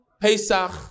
Pesach